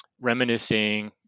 reminiscing